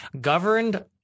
Governed